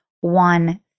one